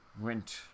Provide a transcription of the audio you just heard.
went